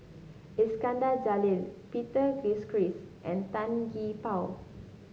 Iskandar Jalil Peter Gilchrist and Tan Gee Paw